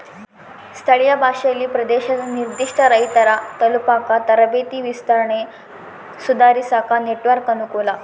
ಸ್ಥಳೀಯ ಭಾಷೆಯಲ್ಲಿ ಪ್ರದೇಶದ ನಿರ್ಧಿಷ್ಟ ರೈತರ ತಲುಪಾಕ ತರಬೇತಿ ವಿಸ್ತರಣೆ ಸುಧಾರಿಸಾಕ ನೆಟ್ವರ್ಕ್ ಅನುಕೂಲ